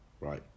Right